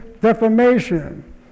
defamation